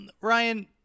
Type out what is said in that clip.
Ryan